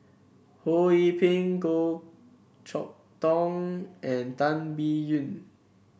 Ho Yee Ping Goh Chok Tong and Tan Biyun